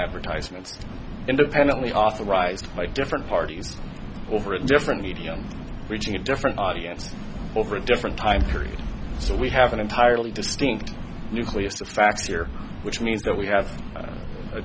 advertisements independently authorized by different parties over a different medium reaching a different audience over a different time period so we have an entirely distinct nucleus of facts here which means that we have a